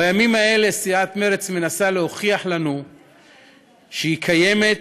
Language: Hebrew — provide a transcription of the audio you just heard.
בימים אלה סיעת מרצ מנסה להוכיח לנו שהיא קיימת